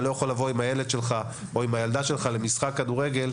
לא יכול לבוא עם הילד שלך או עם הילדה שלה למשחק כדורגל,